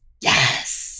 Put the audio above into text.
Yes